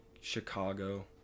chicago